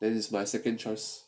it is my second choice